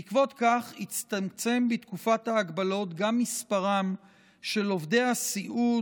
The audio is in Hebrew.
בעקבות זאת הצטמצם בתקופת ההגבלות גם מספרם של עובדי הסיעוד